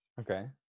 Okay